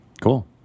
Cool